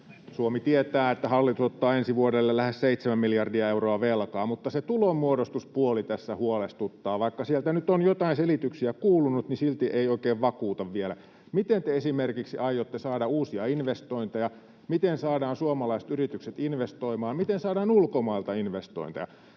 Suomi tietää, että hallitus ottaa ensi vuodelle lähes 7 miljardia euroa velkaa, mutta se tulonmuodostuspuoli tässä huolestuttaa. Vaikka sieltä nyt on joitain selityksiä kuulunut, niin silti ei oikein vakuuta vielä. Miten te esimerkiksi aiotte saada uusia investointeja, miten saadaan suomalaiset yritykset investoimaan, miten saadaan ulkomailta investointeja?